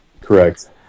correct